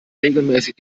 regelmäßig